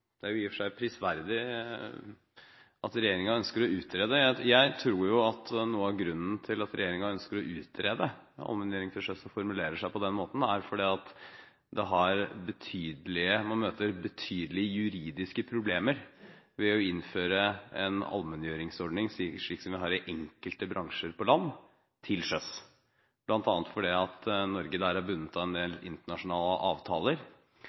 er jo i og for seg prisverdig at regjeringen ønsker å utrede. Jeg tror at noe av grunnen til at regjeringen ønsker å utrede allmenngjøring til sjøs, og formulerer seg på den måten, er at man møter betydelige juridiske problemer ved å innføre en allmenngjøringsordning– slik som vi har i enkelte bransjer på land – til sjøs, bl.a. fordi Norge der er bundet av en del internasjonale avtaler